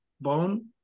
bone